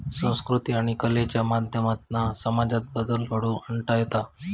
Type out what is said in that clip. संकृती आणि कलेच्या माध्यमातना समाजात बदल घडवुन आणता येता